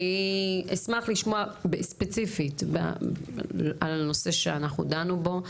אני אשמח לשמוע ספציפית על הנושא שאנחנו דנו בו.